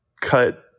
cut